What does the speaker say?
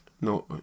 No